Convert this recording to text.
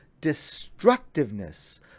destructiveness